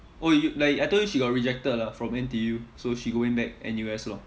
oh you like I told you she got rejected lah from N_T_U so she going back N_U_S lor